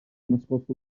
nascosto